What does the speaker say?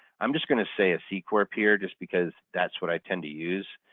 i'm just going to say a c-corp here just because that's what i tend to use.